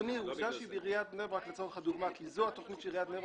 עובדה שבעיריית בני ברק זו התכנית שעיריית בני ברק